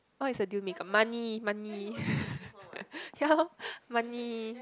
what is a deal maker money money ya [lorh] money